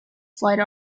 flight